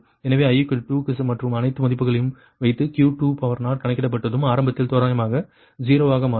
எனவே i 2 க்கு மற்றும் அனைத்து மதிப்புகளையும் வைத்து Q2 கணக்கிடப்பட்டதும் ஆரம்பத்தில் தோராயமாக 0 ஆக மாறும்